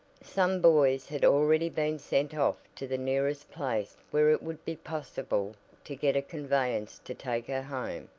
some boys had already been sent off to the nearest place where it would be possible to get a conveyance to take her home,